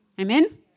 Amen